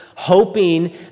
hoping